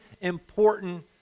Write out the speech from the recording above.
important